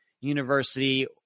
university